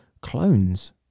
clones